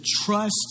trust